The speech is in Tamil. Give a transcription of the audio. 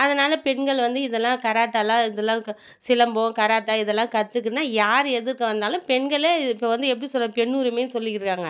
அதனால் பெண்கள் வந்து இதெல்லாம் கராத்தெல்லாம் இதெல்லாம் க சிலம்பம் கராத்தே இதெல்லாம் கத்துக்கினால் யார் எதுர்க்க வந்தாலும் பெண்களே இப்போ வந்து எப்படி சொல்கிறது பெண் உரிமைன்னு சொல்லிக்கிட்டிருக்காங்க